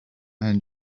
and